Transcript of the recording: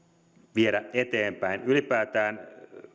viedä eteenpäin ylipäätään